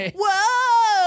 Whoa